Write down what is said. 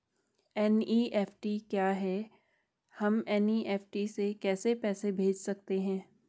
NEFT क्या है हम एन.ई.एफ.टी से कैसे पैसे भेज सकते हैं?